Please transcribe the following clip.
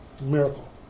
Miracle